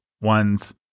ones